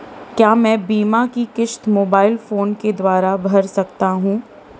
क्या मैं बीमा की किश्त मोबाइल फोन के द्वारा भर सकता हूं?